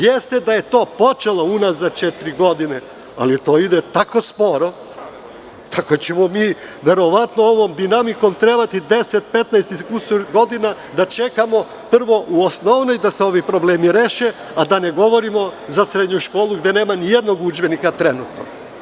Jeste da je to počelo unazad četiri godine, ali to ide tako sporo, da ćemo verovatno ovom dinamikom trebati da čekamo 10, 15 i kusur godina prvo u osnovnoj da se ovi problemi reše, a da ne govorimo za srednju školu, gde nema ni jednog udžbenika trenutno.